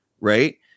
Right